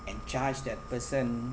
and charge that person